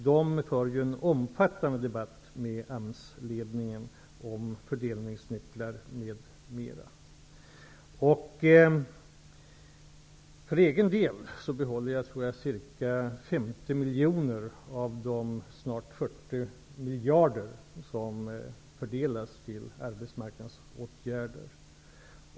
De för en omfattande debatt med AMS ledning om fördelningsnycklar m.m. För egen del behåller jag ca 50 miljoner kronor av de snart 40 miljarder kronor som fördelas till arbetsmarkmnadsåtgärder.